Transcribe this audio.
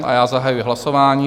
A já zahajuji hlasování.